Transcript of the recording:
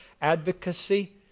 advocacy